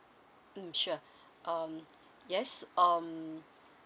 mm sure um yes um